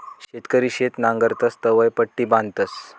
शेतकरी शेत नांगरतस तवंय पट्टी बांधतस